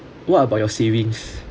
what about your savings